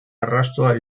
arrastoa